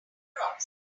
crops